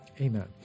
Amen